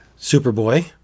Superboy